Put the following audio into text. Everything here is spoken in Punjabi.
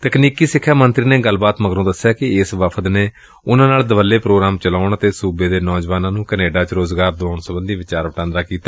ਤਕਨੀਕੀ ਸਿਖਿਆ ਮੰਤਰੀ ਨੇ ਗੱਲਬਾਤ ਮਗਰੋਂ ਦਸਿਆ ਕਿ ਇਸ ਵਫ਼ਦ ਨੇ ਉਨੂਾਂ ਨਾਲ ਦੁਵੱਲੇ ਪ੍ਰੋਗਰਾਮ ਚਲਾਉਣ ਅਤੇ ਸੂਬੇ ਦੇ ਨੌਜਵਾਨਾਂ ਨੂੰ ਕੈਨੇਡਾ ਚ ਰੁਜ਼ਗਾਰ ਦੁਆਉਣ ਸਬੰਧੀ ਵਿਚਾਰ ਵਟਾਂਦਰਾ ਕੀਤਾ